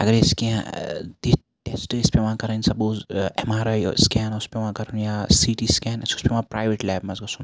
اَگَر اَسہِ کینٛہہ تِتھ ٹیٚسٹ ٲسۍ پیٚوان کَرٕنۍ suppose M R I scan اوس پیٚوان کَرُن یا سی ٹی سکین اَسہِ اوس پیٚوان پرایویٹ لیب مَنٛز گَژھُن